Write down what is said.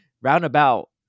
Roundabout